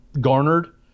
garnered